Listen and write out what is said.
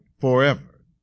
forever